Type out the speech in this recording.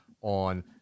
on